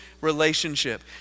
relationship